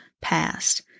past